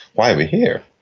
why are we here.